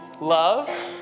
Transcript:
Love